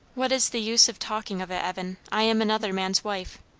what is the use of talking of it, evan? i am another man's wife.